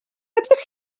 ydych